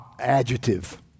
adjective